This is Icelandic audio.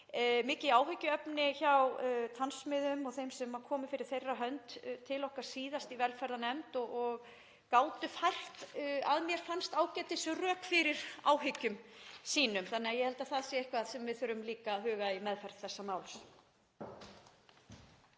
mikið áhyggjuefni hjá tannsmiðum og þeim sem komu fyrir þeirra hönd til okkar síðast í velferðarnefnd og gátu fært, að mér fannst, ágætisrök fyrir áhyggjum sínum. Ég held því að það sé eitthvað sem við þurfum líka að huga að í meðferð þessa máls.